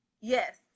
Yes